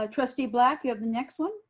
ah trustee black, you have the next one.